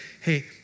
Hey